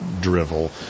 drivel